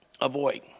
avoid